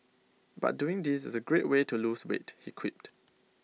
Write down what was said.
but doing this is A great way to lose weight he quipped